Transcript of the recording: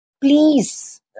please